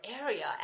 area